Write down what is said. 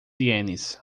ienes